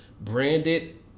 branded